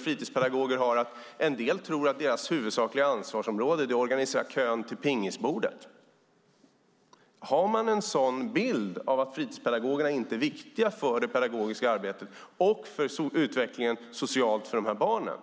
Fritidspedagoger har bilden att en del tror att deras huvudsakliga ansvarsområde är att organisera kön till pingisbordet. Har man en sådan bild av att fritidspedagogerna inte är viktiga för det pedagogiska arbetet, för utvecklingen socialt för dessa barn och